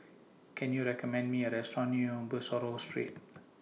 Can YOU recommend Me A Restaurant near Bussorah Street